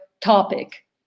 topic